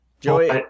Joey